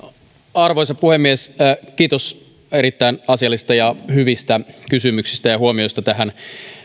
arvoisa puhemies kiitos erittäin asiallisista ja hyvistä kysymyksistä ja huomioista tähän